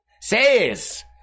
says